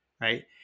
right